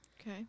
Okay